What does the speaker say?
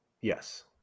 Yes